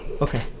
Okay